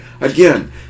Again